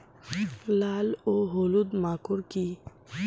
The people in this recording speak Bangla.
লাল ও হলুদ মাকর কী?